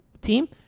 team